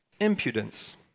impudence